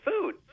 food